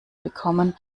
bekommen